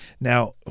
Now